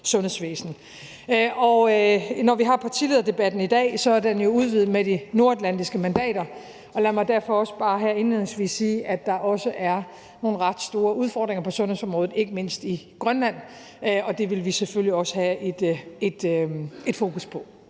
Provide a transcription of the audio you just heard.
sundhedsvæsen. Når vi har partilederdebatten i dag, er den jo udvidet med de nordatlantiske mandater, og lad mig derfor også bare her indledningsvis sige, at der også er nogle ret store udfordringer på sundhedsområdet, ikke mindst i Grønland, og det vil vi selvfølgelig også have et fokus på.